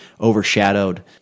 overshadowed